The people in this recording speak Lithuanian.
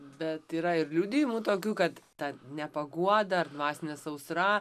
bet yra ir liudijimų tokių kad ta nepaguoda ar dvasinė sausra